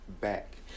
back